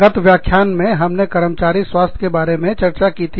गत व्याख्यान में हमने कर्मचारी स्वास्थ्य के बारे में चर्चा की थी